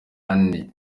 ane